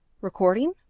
Recording